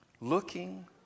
Looking